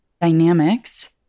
dynamics